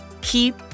keep